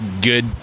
good